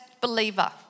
believer